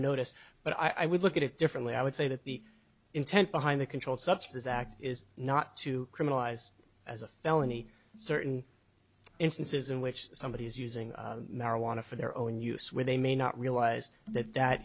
notice but i would look at it differently i would say that the intent behind the controlled substance act is not to criminalize as a felony certain instances in which somebody is using marijuana for their own use when they may not realize that that